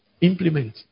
Implement